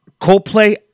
Coldplay